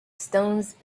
stones